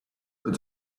but